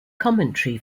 commentary